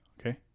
Okay